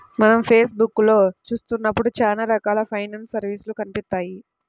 మనం ఫేస్ బుక్కులో చూత్తన్నప్పుడు చానా రకాల ఫైనాన్స్ సర్వీసులు కనిపిత్తాయి